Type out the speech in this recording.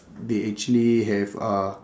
they actually have uh